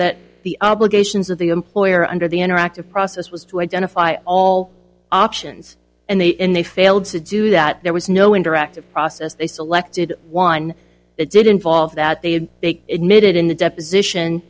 that the obligations of the employer under the interactive process was to identify all options and they in they failed to do that there was no interactive process they selected wine it did involve that they had big admitted in the deposition